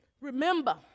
Remember